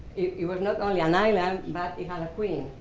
it was not only an island, but it had a queen,